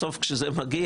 בסוף כשזה מגיע,